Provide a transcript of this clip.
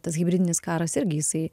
tas hibridinis karas irgi jisai